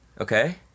Okay